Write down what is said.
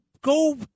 go